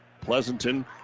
Pleasanton